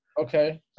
Okay